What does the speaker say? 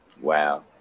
Wow